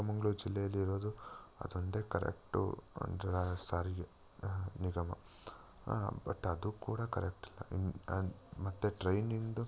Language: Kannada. ಚಿಕ್ಕ ಮಂಗ್ಳೂರು ಜಿಲ್ಲೆಯಲ್ಲಿ ಇರೋದು ಅದೊಂದೇ ಕರೆಕ್ಟು ಅಂದರೆ ಸಾರಿಗೆ ನ ನಿಗಮ ಬಟ್ ಅದು ಕೂಡ ಕರೆಕ್ಟ್ ಇಲ್ಲ ಆ್ಯಂಡ್ ಮತ್ತು ಟ್ರೈನಿಂದು